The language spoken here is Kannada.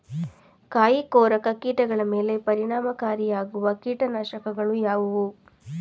ಕಾಯಿಕೊರಕ ಕೀಟಗಳ ಮೇಲೆ ಪರಿಣಾಮಕಾರಿಯಾಗಿರುವ ಕೀಟನಾಶಗಳು ಯಾವುವು?